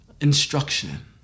instruction